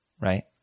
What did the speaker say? right